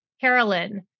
Carolyn